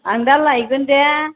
आं दा लायगोन दे